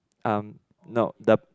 um no the